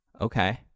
Okay